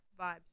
vibes